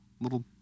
little